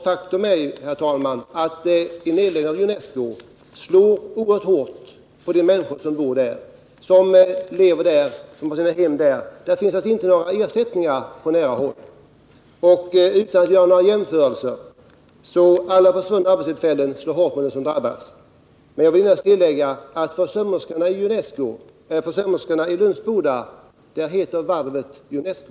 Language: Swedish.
Faktum är, herr talman, att en nedläggning av Junesco slår oerhört hårt mot de människor som bor och lever i Lönsboda. Det finns nämligen inte några ersättningsindustrier på nära håll. Utan att göra några jämförelser i övrigt — alla försvunna arbetstillfällen slår ju hårt mot dem som drabbas — vill jag tillägga att för sömmerskorna i Lönsboda heter ”varvet” Junesco.